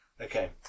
Okay